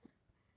orh